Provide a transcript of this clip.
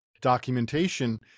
documentation